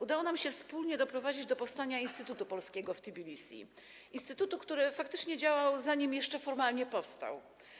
Udało nam się wspólnie doprowadzić do powstania Instytutu Polskiego w Tbilisi, instytutu, który faktycznie działał, zanim jeszcze formalnie powstał.